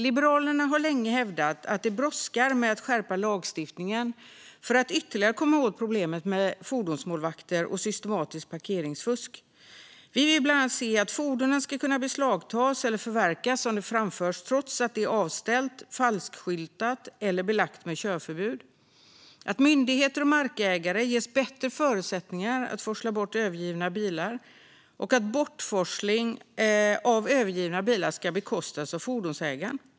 Liberalerna har länge hävdat att det brådskar med att skärpa lagstiftningen för att komma åt problemet med fordonsmålvakter och systematiskt parkeringsfusk. Vi vill bland annat se att ett fordon ska kunna beslagtas eller förverkas om det framförs trots att det är avställt, falskskyltat eller belagt med körförbud, att myndigheter och markägare ges bättre förutsättningar att forsla bort övergivna bilar och att bortforsling av övergivna bilar ska bekostas av fordonsägaren.